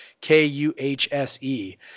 K-U-H-S-E